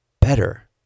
better